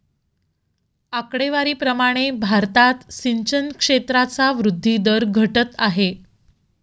आकडेवारी प्रमाणे भारतात सिंचन क्षेत्राचा वृद्धी दर घटत आहे